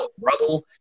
rubble